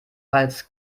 als